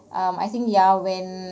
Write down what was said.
um I think ya when